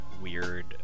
weird